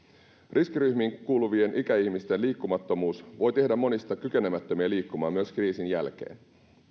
riskiryhmiin kuuluvien ikäihmisten liikkumattomuus voi tehdä monista kykenemättömiä liikkumaan myös kriisin jälkeen